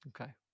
Okay